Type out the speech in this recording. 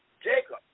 Jacob